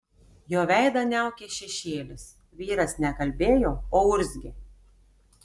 jo veidą niaukė šešėlis vyras ne kalbėjo o urzgė